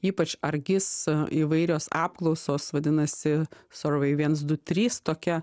ypač argis įvairios apklausos vadinasi sorvai viens du trys tokia